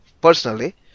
personally